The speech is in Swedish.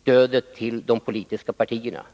stödet till de politiska partierna.